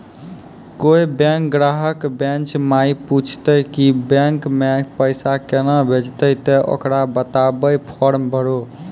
कोय बैंक ग्राहक बेंच माई पुछते की बैंक मे पेसा केना भेजेते ते ओकरा बताइबै फॉर्म भरो